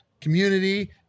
community